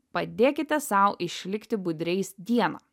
padėkite sau išlikti budriais dieną